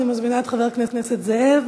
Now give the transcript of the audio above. אני מזמינה את חבר הכנסת זאב,